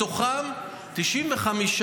מתוכם 95,